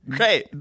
Great